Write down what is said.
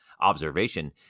observation